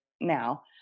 now